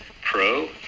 pro